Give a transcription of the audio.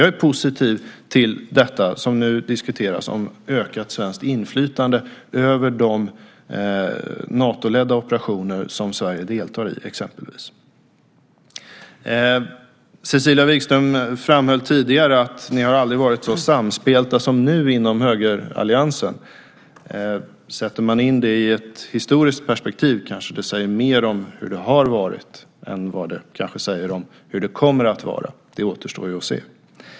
Jag är alltså positiv till det som nu diskuteras om ett ökat svenskt inflytande över exempelvis de Natoledda operationer som Sverige deltar i. Cecilia Wigström framhöll tidigare att de aldrig varit så samspelta som nu inom högeralliansen. Sätter man in det i ett historiskt perspektiv kanske det säger mer om hur det varit än om hur det kommer att vara. Det återstår att se.